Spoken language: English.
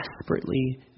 Desperately